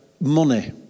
money